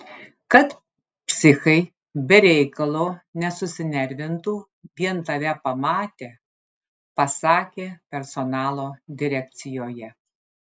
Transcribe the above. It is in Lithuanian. kad psichai be reikalo nesusinervintų vien tave pamatę pasakė personalo direkcijoje